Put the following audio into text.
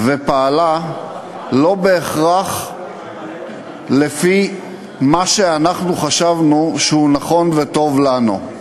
ופעלה לא בהכרח לפי מה שאנחנו חשבנו שהוא נכון וטוב לנו.